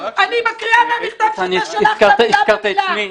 אני מקריאה מהמכתב שאתה שלחת מילה במילה -- הזכרת את שמי,